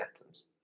atoms